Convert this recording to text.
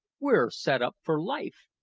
we're set up for life!